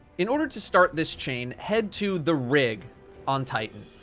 in order to start this chain, head to the rig on titan.